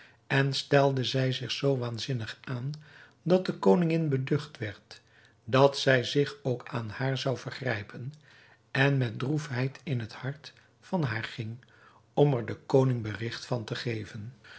en stelde zij zich zoo waanzinnig aan dat de koningin beducht werd dat zij zich ook aan haar zou vergrijpen en met droefheid in het hart van daar ging om er den koning berigt van te geven